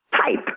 type